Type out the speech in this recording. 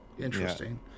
interesting